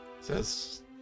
Says